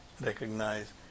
Recognize